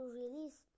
release